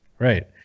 Right